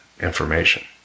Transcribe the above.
information